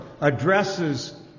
addresses